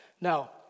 Now